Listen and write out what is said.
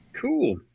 Cool